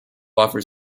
offers